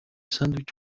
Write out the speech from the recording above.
sandwich